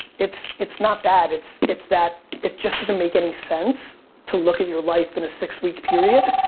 it's it's not that. it's it's that it just doesn't make any sense to look at your life in a six week period.